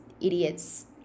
idiots